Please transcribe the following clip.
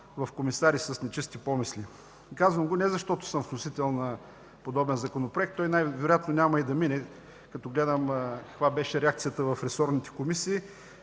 в комисари с нечисти помисли. Казвам го не защото съм вносител на подобен законопроект – той най-вероятно няма и да мине, като гледам каква беше реакцията в ресорните комисии